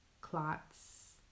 clots